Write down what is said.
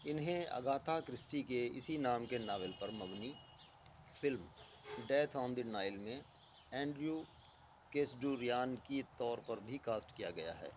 انہیں Agatha Christie کے اسی نام کے ناول پر مبنی film death on the Nile میں اینڈریو کیچڈوریان کی طور پر بھی کاسٹ کیا گیا ہے